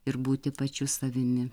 ir būti pačiu savimi